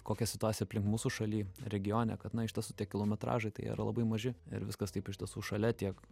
kokia situacija aplink mūsų šaly regione kad na iš tiesų tie kilometražai tai yra labai maži ir viskas taip iš tiesų šalia tiek